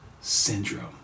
syndrome